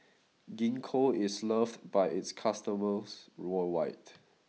Gingko is loved by its customers worldwide